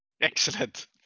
Excellent